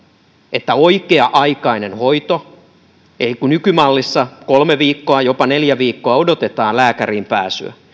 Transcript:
että oikea aikainen hoito kun nykymallissa kolme viikkoa jopa neljä viikkoa odotetaan lääkäriin pääsyä